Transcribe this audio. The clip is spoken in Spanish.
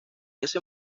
ese